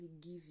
give